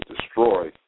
destroy